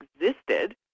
existed